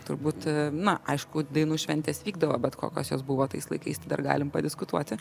turbūt na aišku dainų šventės vykdavo bet kokios jos buvo tais laikais tai dar galim padiskutuoti